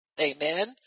Amen